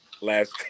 last